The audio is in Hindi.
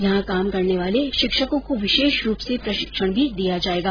यहां काम करने वाले शिक्षकों को विशेष रूप से प्रशिक्षण भी दिया जाएगा